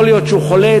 יכול להיות שהוא חולה,